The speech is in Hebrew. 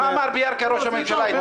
מה אמר אתמול בירכא ראש הממשלה?